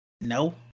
no